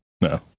No